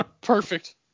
Perfect